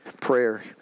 prayer